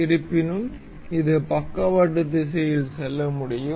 இருப்பினும் இது பக்கவாட்டு திசையில் செல்ல முடியும்